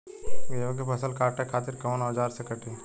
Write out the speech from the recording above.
गेहूं के फसल काटे खातिर कोवन औजार से कटी?